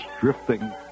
drifting